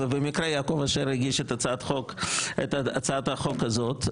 ובמקרה יעקב אשר הגיש את הצעת החוק הזאת.